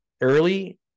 early